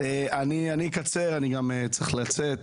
אני אקצר משום שאני צריך לצאת,